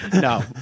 No